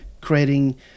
creating